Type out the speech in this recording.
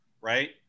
right